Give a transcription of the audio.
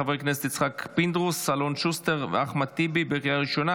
אושרה בקריאה ראשונה,